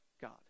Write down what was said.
God